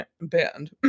band